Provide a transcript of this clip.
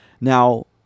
Now